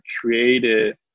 created